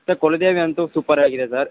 sir ಕುಲದೇವಿ ಅಂತು super ಆಗಿದೆ ಸರ್